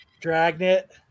Dragnet